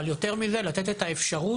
אבל יותר מזה: לתת את האפשרות